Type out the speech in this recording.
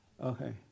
Okay